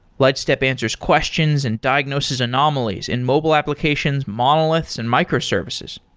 lightstep answers questions and diagnosis anomalies in mobile applications, monoliths and microservices.